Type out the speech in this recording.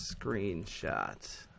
screenshot